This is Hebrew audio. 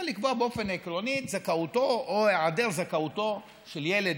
הוא לקבוע באופן עקרוני את זכאותו או היעדר זכאותו של ילד,